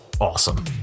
awesome